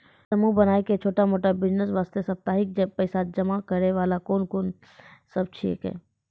समूह बनाय के छोटा मोटा बिज़नेस वास्ते साप्ताहिक पैसा जमा करे वाला लोन कोंन सब छीके?